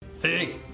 Hey